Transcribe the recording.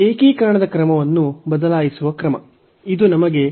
ಏಕೀಕರಣದ ಕ್ರಮವನ್ನು ಬದಲಾಯಿಸುವ ಕ್ರಮ